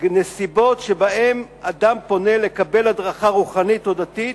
נסיבות שבהן אדם פונה לקבל הדרכה רוחנית או דתית